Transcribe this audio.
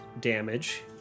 damage